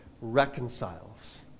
reconciles